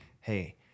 Hey